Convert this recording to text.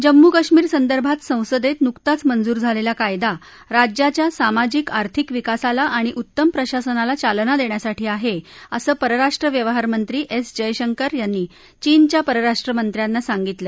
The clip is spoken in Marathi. जम्मू कश्मीर संदर्भात संसदेत नुकताच मंजूर झालेला कायदा राज्याच्या सामाजिक आर्थिक विकासाला आणि उत्तम प्रशासनाला चालना देण्यासाठी आहे असं परराष्ट्र व्यवहारमंत्री एस जयशंकर यांनी चीनच्या परराष्ट्र मंत्र्यांना सांगितलं